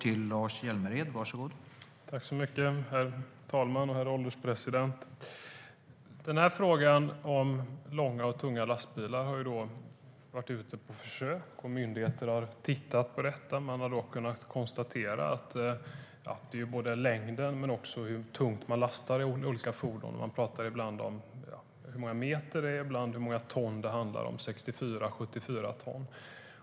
Herr ålderspresident! Frågan om långa och tunga lastbilar har varit föremål för försök. När myndigheter har tittat på detta är det både längden och hur tungt man lastar olika fordon som är avgörande. Ibland pratar man om hur många meter som lastbilen mäter och ibland om hur många ton den väger, 64-74 ton.